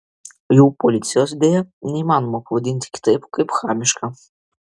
jų policijos deja neįmanoma pavadinti kitaip kaip chamiška